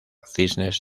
cisnes